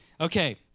Okay